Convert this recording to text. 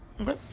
Okay